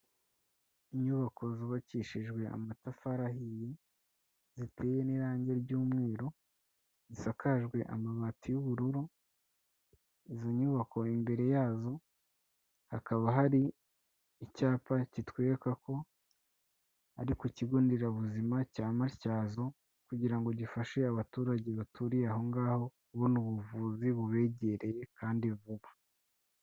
Inyubako zubakishijwe amatafari ahiye, ziteye n'irange ry'umweru, zisakajwe amabati y'ubururu, izo nyubako imbere yazo hakaba hari icyapa kitwereka ko ari ku kigonderabuzima cya matyazo kugira ngo gifashe abaturage baturiye aho ngaho kubona ubuvuzi bubegereye kandi vuba.